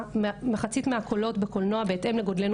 כאשר בעצם אני לא יודעת אם המשרד מתערב בדברים כאלה.